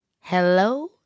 Hello